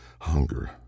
hunger